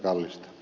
kallista